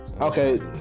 Okay